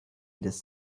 jedes